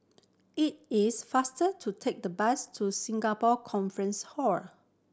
it is faster to take the bus to Singapore Conference Hall